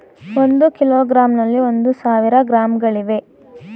ಒಂದು ಕಿಲೋಗ್ರಾಂನಲ್ಲಿ ಒಂದು ಸಾವಿರ ಗ್ರಾಂಗಳಿವೆ